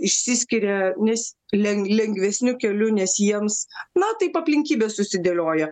išsiskiria nes len lengvesniu keliu nes jiems na taip aplinkybės susidėliojo